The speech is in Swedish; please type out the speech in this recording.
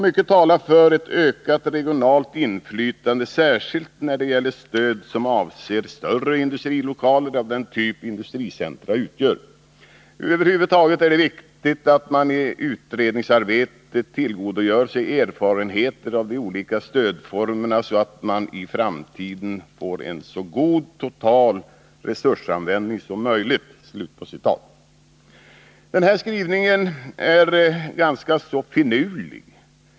Mycket talar för ett ökat regionalt inflytande, särskilt när det gäller stöd som avser större industrilokaler av den typ industricentra utgör. Över huvud taget är det viktigt att man i utredningsarbetet tillgodogör sig erfarenheter av de olika stödformerna så att man i framtiden får en så god total resursanvändning som möjligt.” Den här skrivningen är ganska så finurlig.